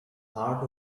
heart